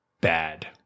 bad